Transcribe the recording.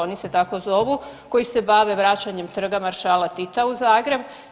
Oni se tako zovu koji se bave vraćanjem Trga maršala Tita u Zagreb.